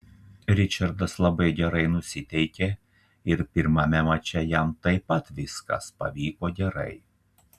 ričardas labai gerai nusiteikė ir pirmame mače jam taip pat viskas pavyko gerai